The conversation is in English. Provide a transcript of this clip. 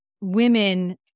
women